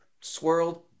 swirled